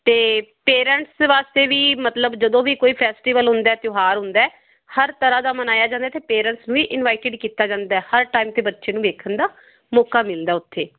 ਅਤੇ ਪੇਰੈਂਟਸ ਵਾਸਤੇ ਵੀ ਮਤਲਬ ਜਦੋਂ ਵੀ ਕੋਈ ਫੈਸਟੀਵਲ ਹੁੰਦਾ ਤਿਉਹਾਰ ਹੁੰਦਾ ਹਰ ਤਰ੍ਹਾਂ ਦਾ ਮਨਾਇਆ ਜਾਂਦਾ ਅਤੇ ਪੇਰੈਂਟਸ ਵੀ ਇਨਵਾਈਟੀਡ ਕੀਤਾ ਜਾਂਦਾ ਹਰ ਟਾਈਮ 'ਤੇ ਬੱਚੇ ਨੂੰ ਵੇਖਣ ਦਾ ਮੌਕਾ ਮਿਲਦਾ ਉੱਥੇ